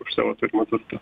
už savo turimą turtą